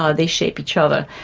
ah they shape each other.